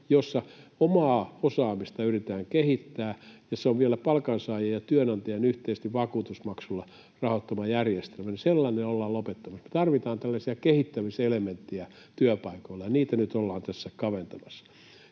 jolla omaa osaamista yritetään kehittää — ja se on vielä palkansaajien ja työnantajien yhteisesti vakuutusmaksulla rahoittama järjestelmä — sellainen ollaan lopettamassa. Me tarvitaan tällaisia kehittämiselementtejä työpaikoilla, ja niitä nyt ollaan tässä kaventamassa.